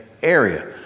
Area